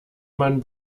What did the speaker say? man